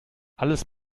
alles